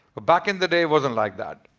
ah back in the day wasn't like that.